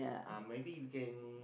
uh maybe we can